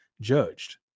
judged